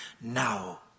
now